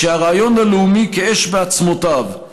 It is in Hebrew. כשהרעיון הלאומי כאש בעצמותיו,